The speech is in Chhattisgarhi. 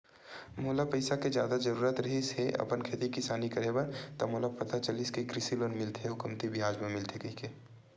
मोला पइसा के जादा जरुरत रिहिस हे अपन खेती किसानी करे बर त मोला पता चलिस कि कृषि लोन मिलथे अउ कमती बियाज म मिलथे कहिके